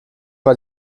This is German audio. war